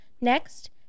Next